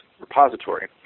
repository